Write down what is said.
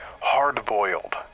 hard-boiled